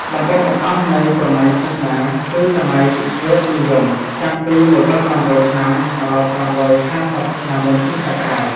ដំបូងបង្អស់នៃព្រហ្មញ្ញសាសនាគឺ សម័យវេទនិយម ចាប់ពី១៥០០ ឆ្នាំដល់ ៥៥០ ឆ្នាំមុនគ.ស។